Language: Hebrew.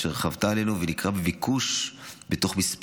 אשר חוותה עלייה ניכרת בביקוש בתוך כמה שבועות,